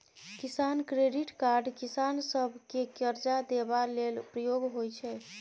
किसान credit card किसान सभकेँ करजा देबा लेल प्रयोग होइ छै